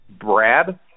Brad